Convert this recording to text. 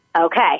Okay